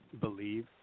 believe